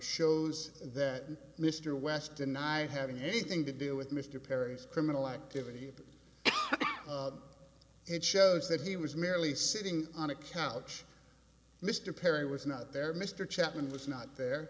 shows that mr west denied having anything to do with mr perry's criminal activity and shows that he was merely sitting on a couch mr perry was not there mr chapman was not there